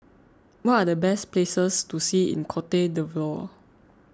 what are the best places to see in Cote D'Ivoire